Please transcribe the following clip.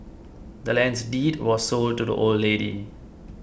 the land's deed was sold to the old lady